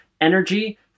energy